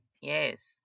Yes